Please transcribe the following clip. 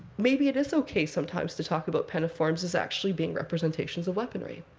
maybe it is ok sometimes to talk about penniforms as actually being representations of weaponry.